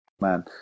man